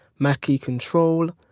mackie control.